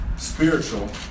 Spiritual